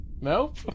Nope